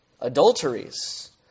Adulteries